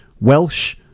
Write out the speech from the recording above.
Welsh